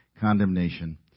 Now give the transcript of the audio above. condemnation